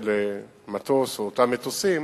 של המטוס או אותם מטוסים